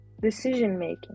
decision-making